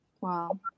Wow